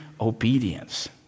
obedience